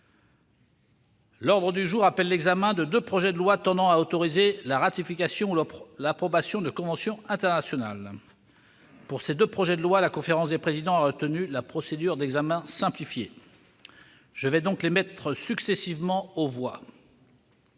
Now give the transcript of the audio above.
L'ordre du jour appelle l'examen de deux projets de loi tendant à autoriser la ratification ou l'approbation de conventions internationales. Pour ces deux projets de loi, la conférence des présidents a retenu la procédure d'examen simplifié. Je vais donc les mettre successivement aux voix.